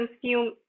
consume